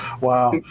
wow